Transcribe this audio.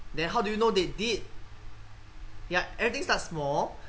then how do you know they did ya everything start small